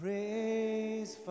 Praise